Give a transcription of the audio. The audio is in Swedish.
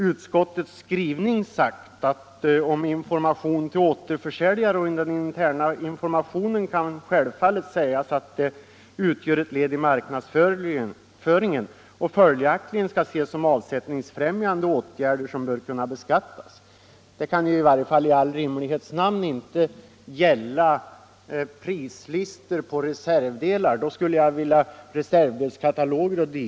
Utskottet skriver: ”Om informationen till återförsäljare och den interna informationen kan självfallet sägas att de utgör ett led i marknadsföringen och följaktligen skall ses som avsättningsfrämjande åtgärder som bör kunna beskattas ——--.” Detta kan i varje fall inte gälla prislistor på reservdelar, reservdelskataloger 0. d.